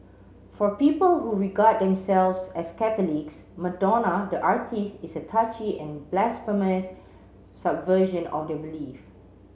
for people who regard themselves as Catholics Madonna the artiste is a touchy and blasphemous subversion of their belief